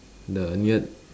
the near